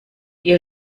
ihr